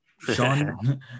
sean